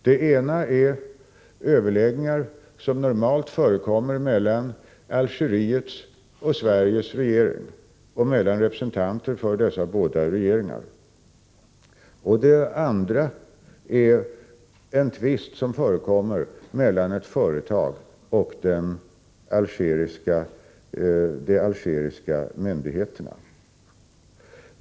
Det ena är överläggningar som normalt förekommer mellan Algeriets och Sveriges regering och mellan representanter för dessa båda regeringar. Det andra är en tvist mellan ett företag och de algeriska myndigheterna.